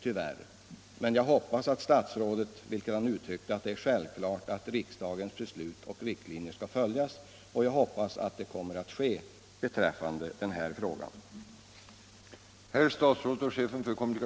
Jag utgår emellertid ifrån att statsrådets ord att det är självklart att riksdagens beslut och riktlinjer skall följas också kommer att bli vägledande för postverket vid den fortsatta behandlingen av denna fråga.